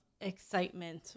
excitement